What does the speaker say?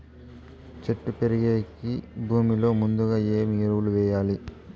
చెట్టు పెరిగేకి భూమిలో ముందుగా ఏమి ఎరువులు వేయాలి?